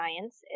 science